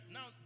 Now